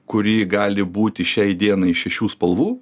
kuri gali būti šiai dienai šešių spalvų